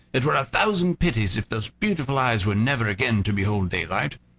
it were a thousand pities if those beautiful eyes were never again to behold daylight.